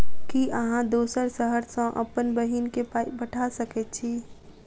की अहाँ दोसर शहर सँ अप्पन बहिन केँ पाई पठा सकैत छी?